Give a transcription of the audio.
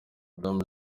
madamu